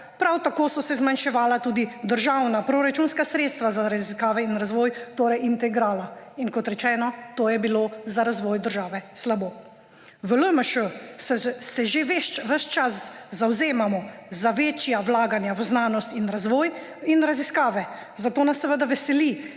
prav tako so se zmanjševala tudi državna proračunska sredstva za raziskave in razvoj, torej integrala. In kot rečeno, to je bilo za razvoj države slabo. V LMŠ se že ves čas zavzemamo za večja vlaganja v znanost in razvoj in raziskave, zato nas seveda veseli,